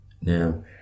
Now